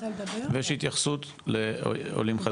ויש התייחסות לעולים חדשים.